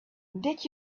did